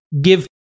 give